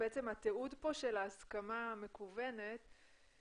בעצם התיעוד כאן של ההסכמה המקוונת זה